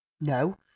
No